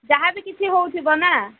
ଯାହା ବି କିଛି ହେଉଥିବ ନାଁ